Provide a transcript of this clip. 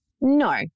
no